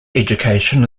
education